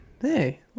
Hey